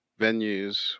venues